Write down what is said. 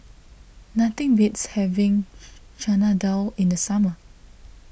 nothing beats having Chana Dal in the summer